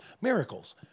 miracles